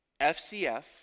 FCF